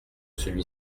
celui